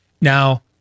Now